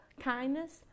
kindness